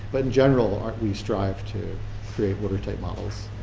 but in general we strive to create water tight models